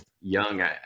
young